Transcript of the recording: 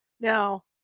Now